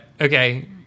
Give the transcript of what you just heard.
okay